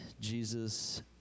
Jesus